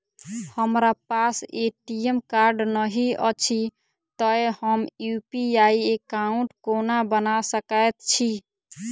हमरा पास ATM card नहि अछि तए हम यु.पी.आई एकॉउन्ट कोना बना सकैत छी